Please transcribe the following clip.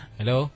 Hello